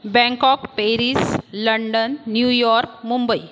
Bangkok Paris London New York Mumbai